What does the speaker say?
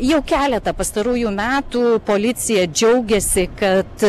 jau keletą pastarųjų metų policija džiaugiasi kad